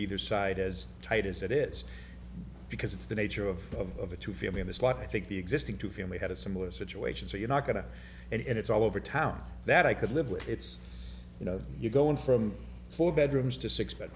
either side as tight as it is because it's the nature of the two family in this life i think the existing two family had a similar situation so you're not going to and it's all over town that i could live with it's you know you go on from four bedrooms to six but